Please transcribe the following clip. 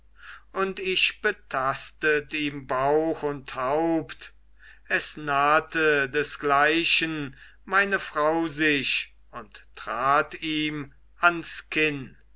und ich betastet ihm bauch und haupt es nahte desgleichen meine frau sich und trat ihm ans kinn